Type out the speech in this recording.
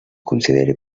consideri